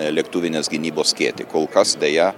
lėktuvinės gynybos skėtį kol kas deja